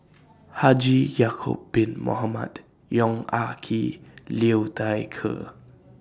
Haji Ya'Acob Bin Mohamed Yong Ah Kee Liu Thai Ker